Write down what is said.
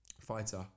fighter